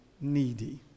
needy